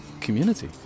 community